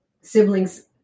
siblings